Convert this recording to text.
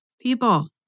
People